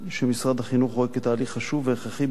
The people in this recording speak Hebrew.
זהו תהליך שמשרד החינוך רואה כתהליך חשוב והכרחי כדי